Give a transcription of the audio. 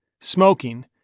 smoking